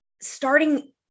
starting